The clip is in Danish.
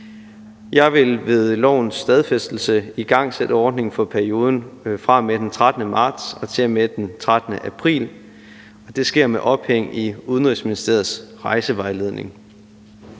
Jeg vil ved lovens stadfæstelse igangsætte ordningen for perioden fra og med den 13. marts og til og med den 13. april, og det sker med ophæng i Udenrigsministeriets rejsevejledning.